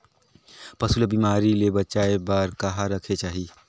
पशु ला बिमारी ले बचाय बार कहा रखे चाही?